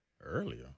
Earlier